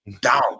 Down